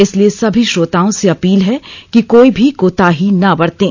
इसलिए सभी श्रोताओं से अपील है कि कोई भी कोताही ना बरतें